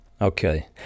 Okay